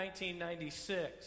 1996